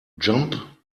jump